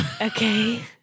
Okay